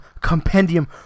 Compendium